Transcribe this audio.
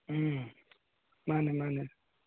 ꯎꯝ ꯃꯥꯟꯅꯦ ꯃꯥꯟꯅꯦ